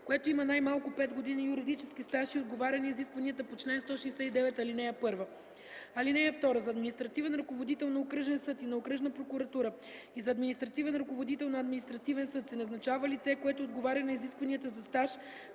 което има най-малко 5 години юридически стаж и отговаря на изискванията по чл. 169, ал. 1. (2) За административен ръководител на окръжен съд и на окръжна прокуратура и за административен ръководител на административен съд се назначава лице, което отговаря на изискванията за стаж